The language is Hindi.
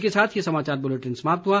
इसी के साथ ये समाचार बुलेटिन समाप्त हुआ